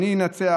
אני אנצח,